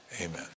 amen